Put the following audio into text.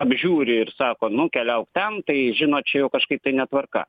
apžiūri ir sako nu keliauk ten tai žinot čia jau kažkaip tai netvarka